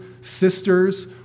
sisters